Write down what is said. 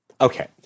Okay